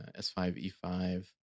S5E5